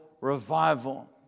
revival